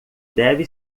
deve